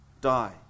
die